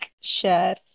share